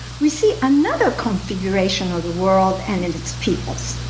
we see another configuration of the world and and its peoples.